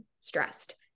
stressed